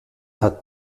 hat